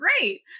great